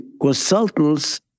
consultants